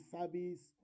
service